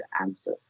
answer